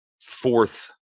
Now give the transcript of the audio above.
fourth